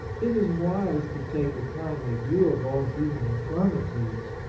it is wise to take a kindly view of all human infirmities,